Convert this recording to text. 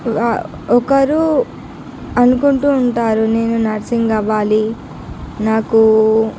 ఒకరు అనుకుంటు ఉంటారు నేను నర్సింగ్ అవ్వాలి నాకు